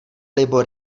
libo